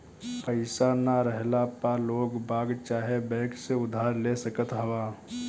पईसा ना रहला पअ लोगबाग चाहे बैंक से उधार ले सकत हवअ